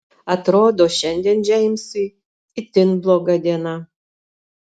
atrodo šiandien džeimsui itin bloga diena